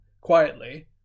quietly